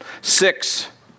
Six